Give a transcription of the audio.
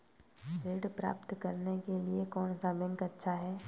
ऋण प्राप्त करने के लिए कौन सा बैंक अच्छा है?